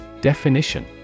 Definition